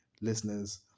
listeners